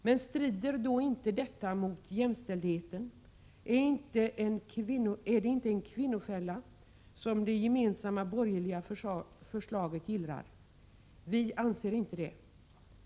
Men strider inte detta mot jämställdheten? Är det inte en kvinnofälla som det gemensamma borgerliga förslaget gillrar? Vi anser inte det.